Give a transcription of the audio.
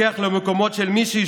לבג"ץ,